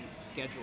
schedule